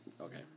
Okay